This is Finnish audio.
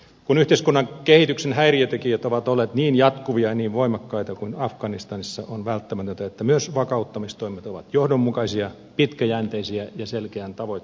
kun yhteiskunnan kehityksen häiriötekijät ovat olleet niin jatkuvia ja niin voimakkaita kuin afganistanissa on välttämätöntä että myös vakauttamistoimet ovat johdonmukaisia pitkäjänteisiä ja selkeän tavoitteellisia